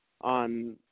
on